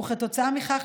וכתוצאה מכך,